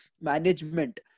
management